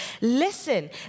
listen